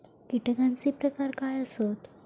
कीटकांचे प्रकार काय आसत?